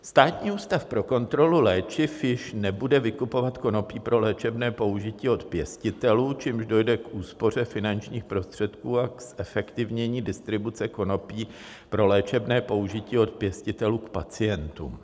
Státní ústav pro kontrolu léčiv již nebude vykupovat konopí pro léčebné použití od pěstitelů, čímž dojde k úspoře finančních prostředků a k zefektivnění distribuce konopí pro léčebné použití od pěstitelů k pacientům.